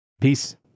Peace